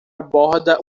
aborda